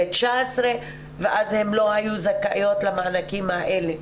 2019, ואז הן לא היו זכאיות למענקים האלה.